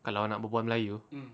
kalau nak berbual melayu